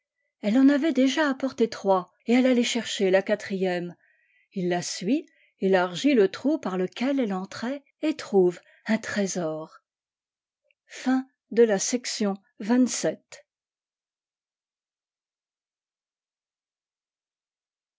elle en avait déjà apporté trois et elle allait chercher la quatrième il la suit élargit le trou par leauel elle entrait et trouve un tré